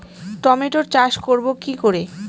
টমেটোর চাষ করব কি করে?